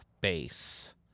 base